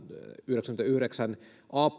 yhdeksännenkymmenennenyhdeksännen a